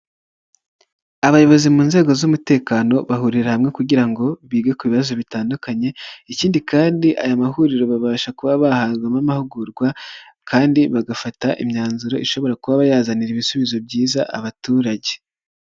Abayobozi mu nzego z'umutekano bahurira hamwe kugira ngo bige ku bibazo bitandukanye, ikindi kandi aya mahuriro babasha kuba bahabwamo amahugurwa, kandi bagafata imyanzuro ishobora kuba yazanira ibisubizo byiza abaturage.